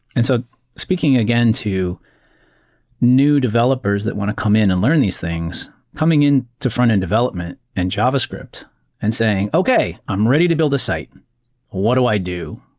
and so speaking again to new developers that want to come in and learn these things, coming in to frontend development and javascript and saying, okay. i'm ready to build this site. and what do i do?